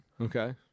Okay